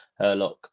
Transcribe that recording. herlock